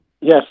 Yes